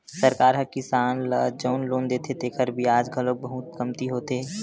सरकार ह किसान ल जउन लोन देथे तेखर बियाज घलो बहुते कमती होथे